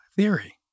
Theory